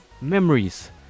memories